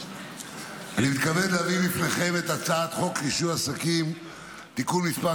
אני מתכבד להביא בפניכם את הצעת חוק רישוי עסקים (תיקון מס'